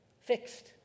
fixed